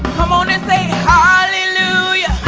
come on and say hallelujah